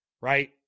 right